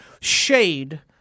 shade